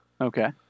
Okay